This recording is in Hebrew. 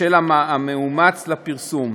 ושל המאומץ לפרסום.